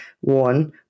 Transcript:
one